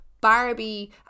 Barbie